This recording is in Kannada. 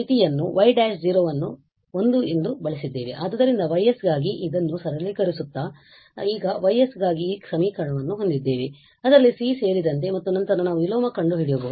ಆದ್ದರಿಂದY ಗಾಗಿ ಇದನ್ನು ಸರಳೀಕರಿಸುತ್ತಾ ನಾವು ಈಗ Y ಗಾಗಿ ಈ ಸಮೀಕರಣವನ್ನು ಹೊಂದಿದ್ದೇವೆ ಅದರಲ್ಲಿ C ಸೇರಿದಂತೆ ಮತ್ತು ನಂತರ ನಾವು ವಿಲೋಮ ಕಂಡು ಹಿಡಿಯಬಹುದು